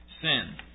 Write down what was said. sin